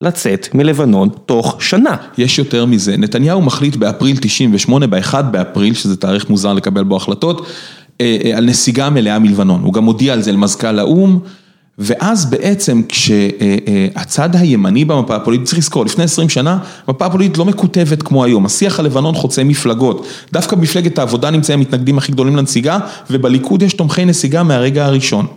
לצאת מלבנון תוך שנה. יש יותר מזה, נתניהו מחליט באפריל 98, באחד באפריל, שזה תאריך מוזר לקבל בו החלטות, על נסיגה מלאה מלבנון. הוא גם הודיע על זה למזכל האום, ואז בעצם כשהצד הימני במפה הפוליטית, צריך לזכור, לפני 20 שנה, המפה פוליטית לא מקוטבת כמו היום. השיח הלבנון חוצה מפלגות, דווקא מפלגת העבודה נמצאים המתנגדים הכי גדולים לנסיגה, ובליכוד יש תומכי נסיגה מהרגע הראשון.